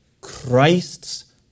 Christ's